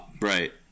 Right